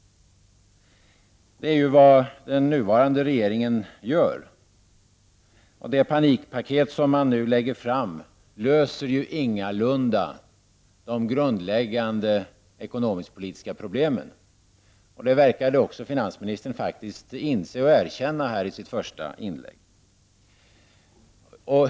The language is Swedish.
Det är vad den nuvarande regeringen gör. Det panikpaket som regeringen nu lägger fram löser ingalunda de grundläggande ekonomisk-politiska problemen. Det verkade också finansministern inse och erkänna i sitt första inlägg.